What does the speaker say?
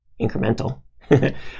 incremental